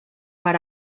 per